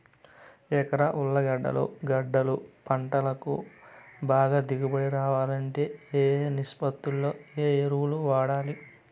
ఎకరా ఉర్లగడ్డలు గడ్డలు పంటకు బాగా దిగుబడి రావాలంటే ఏ ఏ నిష్పత్తిలో ఏ ఎరువులు వాడాలి?